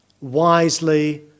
wisely